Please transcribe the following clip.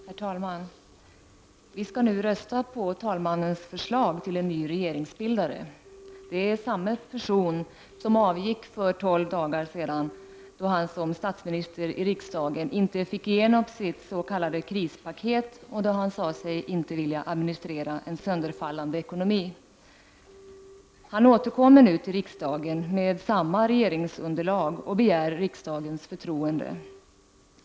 Herr talman! Vi skall nu rösta om talmannens förslag till ny regeringsbildare. Det är samme person som avgick för tolv dagar sedan då han som statsminister i riksdagen inte fick igenom sitt s.k. krispaket och som då sade sig inte vilja administrera en sönderfallande ekonomi. Han återkommer nu till riksdagen med samma regeringsunderlag och begär riksdagens förtroende.